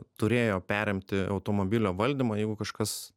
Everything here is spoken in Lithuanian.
turėjo perimti automobilio valdymą jeigu kažkas